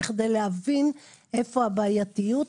בכדי להבין איפה הבעייתיות.